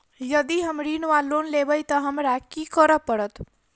यदि हम ऋण वा लोन लेबै तऽ हमरा की करऽ पड़त?